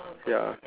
ya